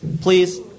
please